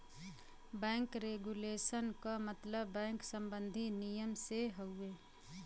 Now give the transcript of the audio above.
bank regulation क मतलब bank सम्बन्धी नियम से हउवे